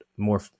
more